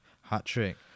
hat-trick